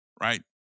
right